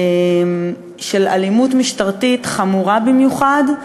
של אלימות משטרתית חמורה במיוחד,